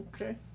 Okay